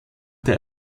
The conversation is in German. der